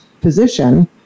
position